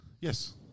Yes